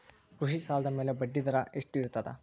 ಕೃಷಿ ಸಾಲದ ಮ್ಯಾಲೆ ಬಡ್ಡಿದರಾ ಎಷ್ಟ ಇರ್ತದ?